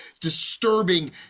disturbing